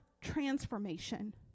transformation